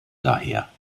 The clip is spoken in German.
daher